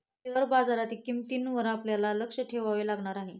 share बाजारातील किंमतींवर आपल्याला लक्ष ठेवावे लागणार आहे